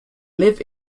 live